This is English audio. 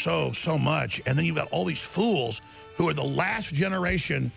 so so much and then you got all these fools who are the last generation